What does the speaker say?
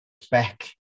spec